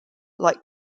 like